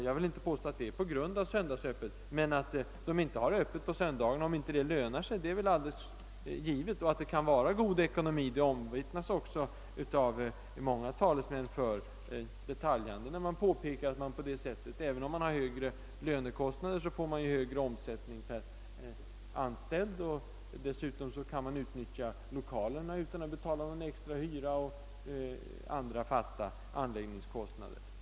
Jag vill inte påstå att det beror på att de, har söndagsöppet, men de skulle inte ha öppet på söndagarna om det inte lönade sig. Det är väl givet. Att söndagsöppethållandet kan vara god ekonomi omvittnas också av många talesmän för detaljhandeln, som påpekar att man, även om man har högre lönekostnader, får högre omsättning per anställd och dessutom kan utnyttja lokalerna utan att betala någon extra hyra, liksom andra fasta anläggningskostnader.